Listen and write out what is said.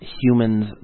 humans